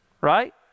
right